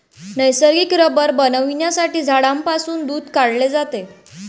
नैसर्गिक रबर मिळविण्यासाठी झाडांपासून दूध काढले जाते